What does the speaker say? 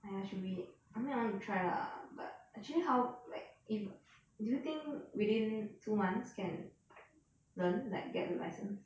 !aiya! should be I mean I want to try lah but actually how like if do you think within two months can learn like get the license